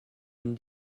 une